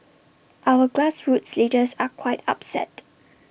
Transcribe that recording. our grassroots leaders are quite upset